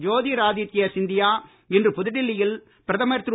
ஜோதிராதித்யா சிந்தியா இன்று புதுடெல்லியில் பிரதமர் திரு